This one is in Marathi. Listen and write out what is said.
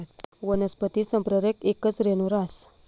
वनस्पती संप्रेरक येकच रेणू रहास